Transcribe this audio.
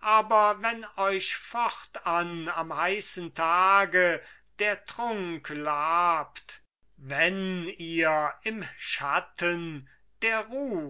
aber wenn euch fortan am heißen tage der trunk labt wenn ihr im schatten der ruh